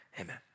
amen